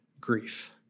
grief